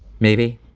maybe.